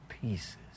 pieces